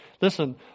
listen